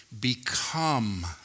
become